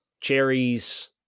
cherries